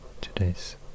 today's